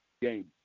game